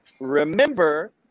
Remember